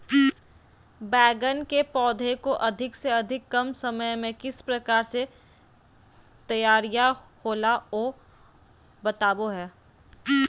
बैगन के पौधा को अधिक से अधिक कम समय में किस प्रकार से तैयारियां होला औ बताबो है?